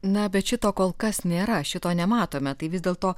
na bet šito kol kas nėra šito nematome tai vis dėlto